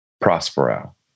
prospero